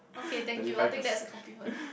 okay thank you I'll take that as a compliment